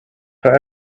for